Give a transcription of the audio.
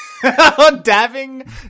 Dabbing